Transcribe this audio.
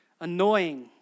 annoying